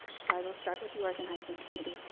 so i will start with the organizing committee.